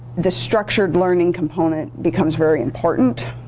the structured learning component becomes very important.